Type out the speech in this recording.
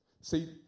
See